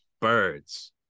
birds